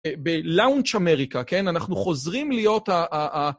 בלונג' אמריקה, כן? אנחנו חוזרים להיות ה...